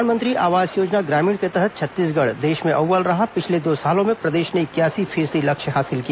प्रधानमंत्री आवास योजना ग्रामीण के तहत छत्तीसगढ़ देष में अव्वल रहा पिछले दो सालों में प्रदेश ने इकयासी फीसदी लक्ष्य हासिल किया